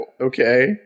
okay